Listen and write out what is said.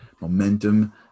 Momentum